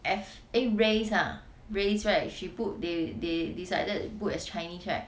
F eh race ah race right she put they they decided to put as chinese right